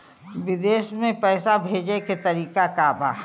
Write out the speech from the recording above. विदेश में पैसा भेजे के तरीका का बा?